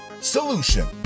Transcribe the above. Solution